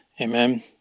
Amen